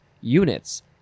units